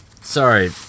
sorry